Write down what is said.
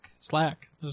Slack